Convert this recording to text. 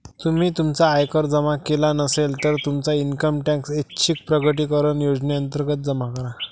तुम्ही तुमचा आयकर जमा केला नसेल, तर तुमचा इन्कम टॅक्स ऐच्छिक प्रकटीकरण योजनेअंतर्गत जमा करा